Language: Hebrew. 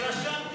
אני רשמתי.